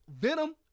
Venom